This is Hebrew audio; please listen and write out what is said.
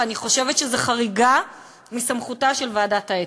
ואני חושבת שזו חריגה מסמכותה של ועדת האתיקה.